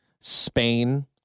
Spain